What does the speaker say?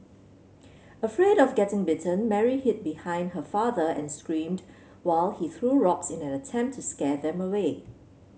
afraid of getting bitten Mary hid behind her father and screamed while he threw rocks in an attempt to scare them away